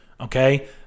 Okay